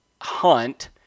Hunt